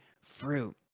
fruit